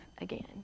again